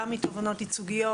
גם מתובענות ייצוגיות,